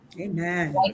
Amen